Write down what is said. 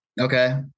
Okay